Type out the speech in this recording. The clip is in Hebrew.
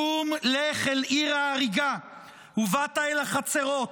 "קום לך אל עיר ההרֵגה ובאת אל החצרות,